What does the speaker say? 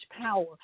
power